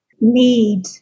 need